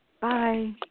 Bye